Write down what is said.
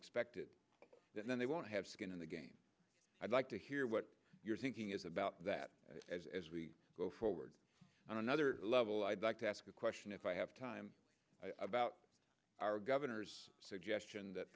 expected and then they want to have skin in the game i'd like to hear what your thinking is about that as we go forward on another level i'd like to ask a question if i have time about our governor's suggestion that